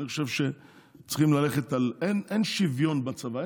אני חושב שצריכים ללכת על, אין, אין שוויון בצבא.